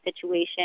situation